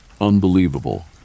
Unbelievable